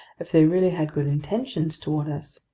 if they really had good intentions toward us.